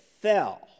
fell